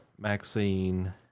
Maxine